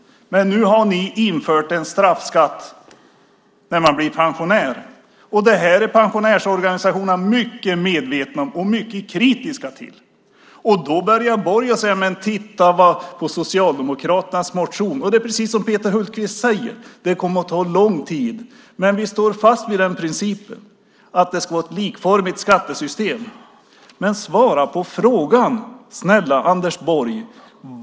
Men nu har ni infört en straffskatt när man blir pensionär. Det är pensionärsorganisationerna mycket medvetna om och mycket kritiska till. Då börjar Borg att säga: Titta på Socialdemokraternas motion! Det är precis som Peter Hultqvist säger: Det kommer att ta lång tid. Men vi står fast vid principen att det ska vara ett likformigt skattesystem. Svara på frågan, snälla Anders Borg!